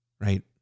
right